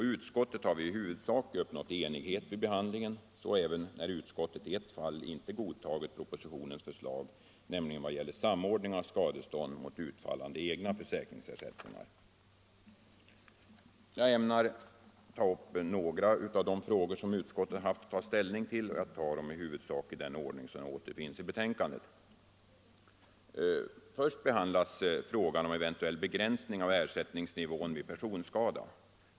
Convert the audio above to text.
I utskottet har vi i huvudsak uppnått enighet vid behandlingen — så även när utskottet i ett fall inte godtagit propositionens förslag — nämligen i vad gäller samordning av skadestånd med utfallande egna försäkringsersättningar. Jag ämnar beröra några av de frågor som utskottet har haft att ta ställning till, och jag gör det i huvudsak i den ordning i vilken frågorna återfinns i betänkandet. Först behandlas frågan om eventuell begränsning av ersättningsnivån vid personskada.